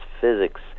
physics